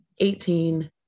18